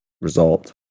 result